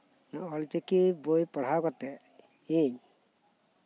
ᱚᱱᱟ ᱚᱞᱪᱤᱠᱤ ᱵᱳᱭ ᱯᱟᱲᱦᱟᱣ ᱠᱟᱛᱮᱫ ᱤᱧ